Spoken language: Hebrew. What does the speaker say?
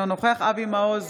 אינו נוכח אבי מעוז,